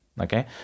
Okay